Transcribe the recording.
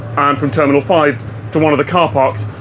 and from terminal five to one of the car parks.